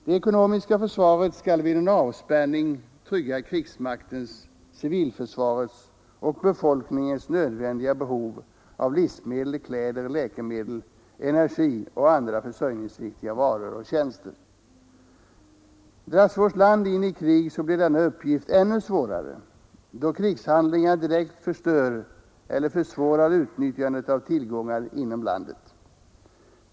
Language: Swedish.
Det ekonomiska försvaret skall vid en avspärrning trygga krigsmaktens, civilförsvarets och befolkningens nödvändiga behov av livsmedel, kläder, läkemedel, energi och andra försörjningsviktiga varor och tjänster. Dras vårt land in i krig blir denna uppgift ännu svårare, då krigshandlingar direkt förstör eller försvårar utnyttjandet av tillgångar inom landet.